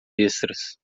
extras